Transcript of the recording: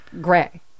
gray